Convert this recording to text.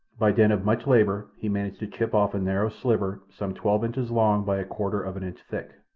by dint of much labour he managed to chip off a narrow sliver some twelve inches long by a quarter of an inch thick.